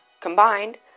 combined